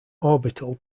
orbital